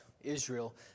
Israel